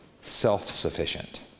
self-sufficient